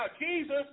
Jesus